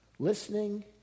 listening